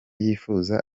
yifuza